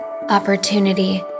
opportunity